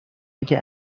اینکه